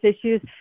issues